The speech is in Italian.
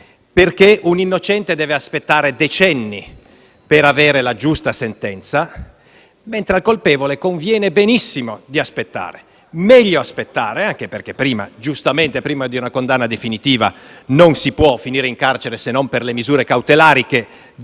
perché un innocente deve aspettare decenni per avere la giusta sentenza, mentre al colpevole conviene benissimo aspettare: meglio aspettare, anche perché, giustamente, prima di una condanna definitiva non si può finire in carcere se non per le misure cautelari, che